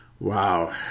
Wow